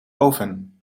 oven